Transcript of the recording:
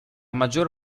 maggior